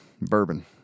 bourbon